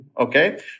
okay